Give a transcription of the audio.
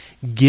give